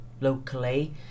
locally